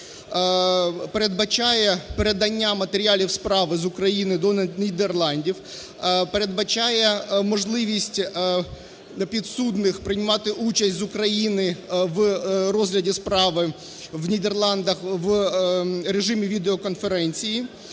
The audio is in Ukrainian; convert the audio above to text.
передбачає передання матеріалів справи з України до Нідерландів, передбачає можливість підсудних приймати участь з України в розгляді справи в Нідерландах у режимі відеоконференції,